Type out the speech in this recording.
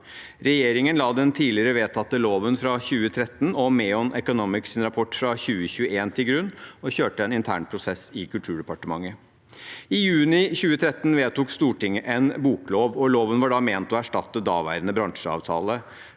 Regjeringen la den tidligere vedtatte loven fra 2013 og Menon Economics’ rapport fra 2021 til grunn og kjørte en intern prosess i Kulturdepartementet. I juni 2013 vedtok Stortinget en boklov, og loven var da ment å erstatte daværende bransjeavtale.